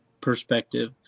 perspective